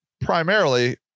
primarily